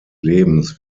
lebens